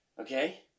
Okay